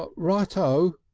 ah right o.